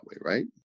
right